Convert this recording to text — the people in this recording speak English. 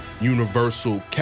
universal